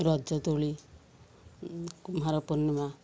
ରଜଦୋଳି ମାର ପୂର୍ଣ୍ଣିମା